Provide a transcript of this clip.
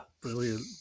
Brilliant